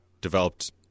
developed